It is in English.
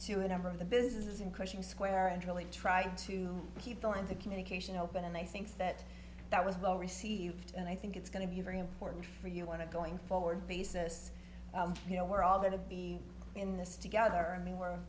to a number of the businesses in cushing square and really trying to keep the lines of communication open and i think that that was well received and i think it's going to be very important for you want it going forward basis you know we're all going to be in this together i mean where